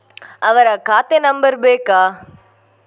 ಅವರ ಖಾತೆ ನಂಬರ್ ಬೇಕಾ?